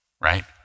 right